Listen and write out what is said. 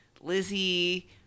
Lizzie